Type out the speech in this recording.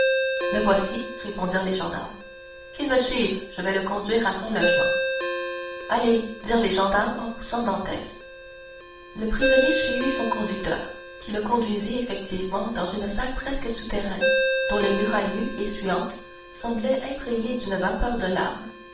le voici répondirent les gendarmes qu'il me suive je vais le conduire à son logement allez dirent les gendarmes en poussant dantès le prisonnier suivit son conducteur qui le conduisit effectivement dans une salle presque souterraine dont les murailles nues et suantes semblaient imprégnées d'une vapeur de larmes